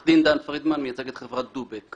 עו"ד דן פרידמן, מייצג את חברת דובק.